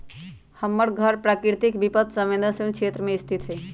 हमर घर प्राकृतिक विपत संवेदनशील क्षेत्र में स्थित हइ